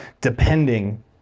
depending